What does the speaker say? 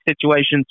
situations